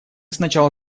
сначала